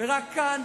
ורק כאן,